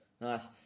nice